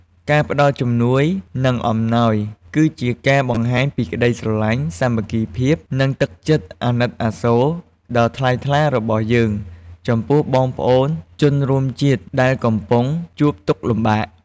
ការផ្តល់ជំនួយ និងអំណោយគឺជាការបង្ហាញពីក្តីស្រលាញ់ សាមគ្គីភាព និងទឹកចិត្តអាណិតអាសូរដ៏ថ្លៃថ្លារបស់យើងចំពោះបងប្អូនជនរួមជាតិដែលកំពុងជួបទុក្ខលំបាក។